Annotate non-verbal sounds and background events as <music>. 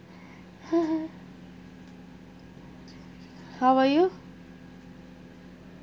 <laughs> how about you